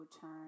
turn